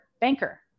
banker